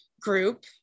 group